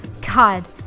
God